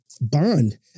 bond